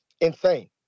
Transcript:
Insane